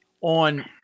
on